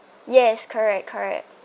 yes correct correct